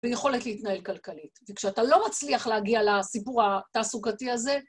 ויכולת להתנהל כלכלית. וכשאתה לא מצליח להגיע לסיפור התעסוקתי הזה...